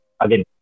again